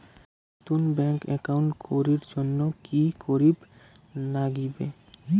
নতুন bank account করির জন্যে কি করিব নাগিবে?